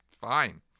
fine